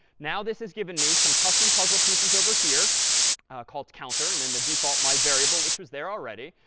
now this has given me some custom puzzle pieces over here called counter, and then the default my variable, which was there already.